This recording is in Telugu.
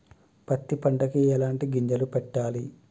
పత్తి పంటకి ఎలాంటి గింజలు పెట్టాలి?